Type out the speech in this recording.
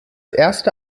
erste